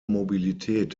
mobilität